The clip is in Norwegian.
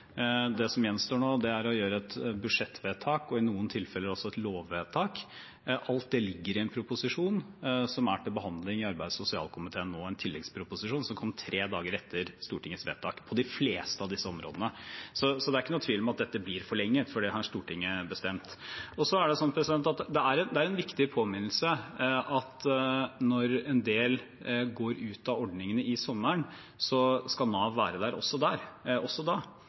Det som gjenstår nå, er å gjøre et budsjettvedtak og i noen tilfeller også et lovvedtak. Alt det ligger i en proposisjon som er til behandling i arbeids- og sosialkomiteen nå, en tilleggsproposisjon som kom tre dager etter Stortingets vedtak på de fleste av disse områdene. Så det er ingen tvil om at dette blir forlenget, for det har Stortinget bestemt. Det er en viktig påminnelse at når en del går ut av ordningene om sommeren, skal Nav være der også